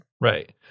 Right